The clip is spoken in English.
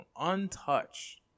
untouched